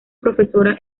profesora